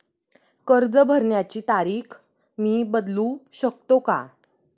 कर्ज भरण्याची तारीख मी बदलू शकतो का?